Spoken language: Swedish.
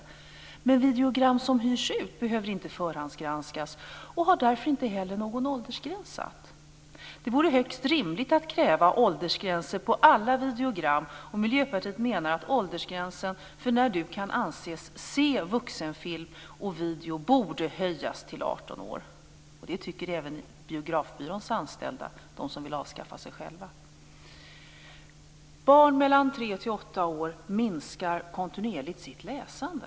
Men videogram som hyrs ut behöver inte förhandsgranskas och har därför inte heller någon åldersgräns. Det vore högst rimligt att kräva åldersgränser på alla videogram. Miljöpartiet menar att åldersgränsen för när du kan anses mogen att se vuxenfilm och video borde höjas till 18 år. Det tycker även Biografbyråns anställda, de som vill avskaffa sig själva. Barn mellan tre och åtta år minskar kontinuerligt sitt läsande.